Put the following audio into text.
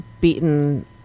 beaten